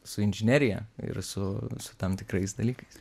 su inžinerija ir su su tam tikrais dalykais